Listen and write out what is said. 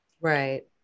right